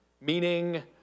Meaning